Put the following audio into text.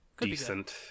decent